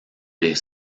les